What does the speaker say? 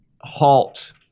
halt